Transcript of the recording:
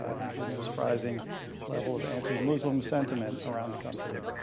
ah including a surprising level of anti-muslim sentiment around the country.